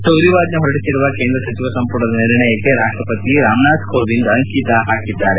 ಸುಗ್ರೀವಾಜ್ಞೆ ಹೊರಡಿಸುವ ಕೇಂದ್ರ ಸಚಿವ ಸಂಪುಟದ ನಿರ್ಣಯಕ್ಕೆ ರಾಷ್ಟಪತಿ ರಾಮನಾಥ್ ಕೋವಿಂದ್ ಅಂಕಿತ ಹಾಕಿದ್ದಾರೆ